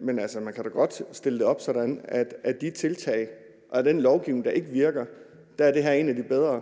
men man kan da godt stille det op sådan, at af de tiltag og af den lovgivning, der ikke virker, er det her en af de bedre,